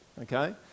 Okay